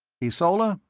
ysola,